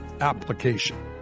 application